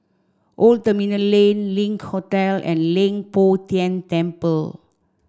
Old Terminal Lane Link Hotel and Leng Poh Tian Temple